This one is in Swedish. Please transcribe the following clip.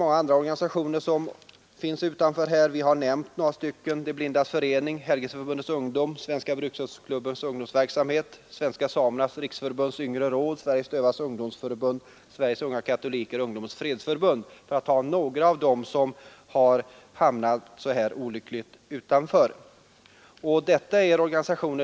Många andra organisationer står också utanför kungörelsen, såsom De blindas förening, Helgelseförbundets ungdom, Svenska brukshundsklubbens ungdomsverksamhet, Svenska samernas riksförbunds yngre råd, Sveriges dövas ungdomsförbund, Sveriges unga katoliker och Ungdomens fredsförbund, för att bara ta några av dem som hamnat så olyckligt utanför kungörelsen.